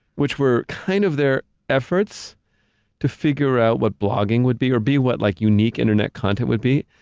which were kind of their efforts to figure out what blogging would be or be what like unique internet content would be,